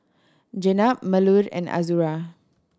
Jenab Melur and Azura